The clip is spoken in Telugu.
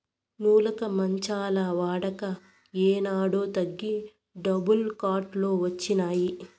నులక మంచాల వాడక ఏనాడో తగ్గి డబుల్ కాట్ లు వచ్చినాయి